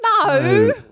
No